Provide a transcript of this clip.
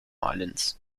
islands